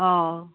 অ